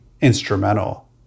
instrumental